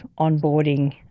onboarding